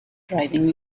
driving